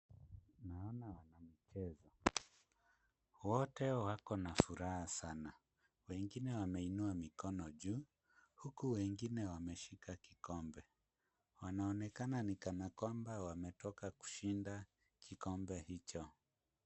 Naona wanamichezo. Wote wako na furaha sana. Wengine wameinua mikono juu huku wengine wameshika kikombe. Inaonekana ni kana kwamba wametoka kushinda kikombe hicho.